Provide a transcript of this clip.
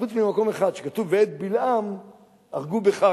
חוץ ממקום אחד שכתוב, ואת בלעם הרגו בחרב.